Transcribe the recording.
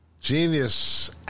genius